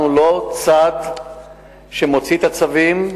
אנחנו לא צד שמוציא את הצווים.